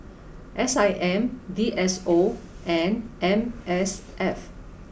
S I M D S O and M S F